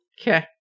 Okay